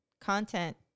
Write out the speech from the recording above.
content